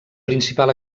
principal